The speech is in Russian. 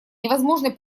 невозможно